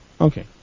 Okay